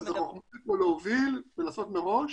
אז החוכמה פה היא להוביל ולעשות מראש,